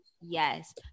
Yes